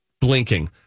blinking